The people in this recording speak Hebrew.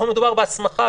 פה מדובר בהסמכה,